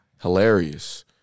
hilarious